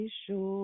sure